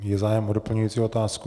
Je zájem o doplňující otázku?